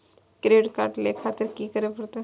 Credit card ले खातिर की करें परतें?